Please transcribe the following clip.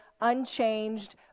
unchanged